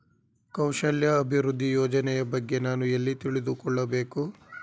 ಕೌಶಲ್ಯ ಅಭಿವೃದ್ಧಿ ಯೋಜನೆಯ ಬಗ್ಗೆ ನಾನು ಎಲ್ಲಿ ತಿಳಿದುಕೊಳ್ಳಬೇಕು?